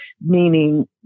meaning